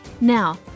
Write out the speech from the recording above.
Now